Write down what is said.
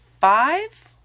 five